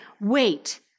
wait